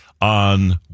on